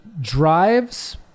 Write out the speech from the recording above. drives